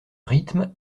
rythme